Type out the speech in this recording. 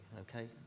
okay